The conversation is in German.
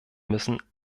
müssen